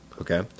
okay